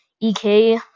EK